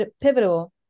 pivotal